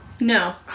No